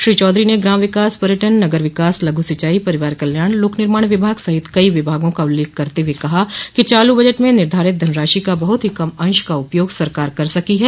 श्री चौधरी ने ग्राम विकास पर्यटन नगर विकास लघु सिचाई परिवार कल्याण लोक निर्माण विभाग सहित कई विभागों का उल्लेख करते हुए कहा कि चालू बजट में निर्धारित धनराशि का बहुत ही कम अंश का उपयोग सरकार कर सकी है